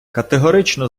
категорично